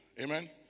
Amen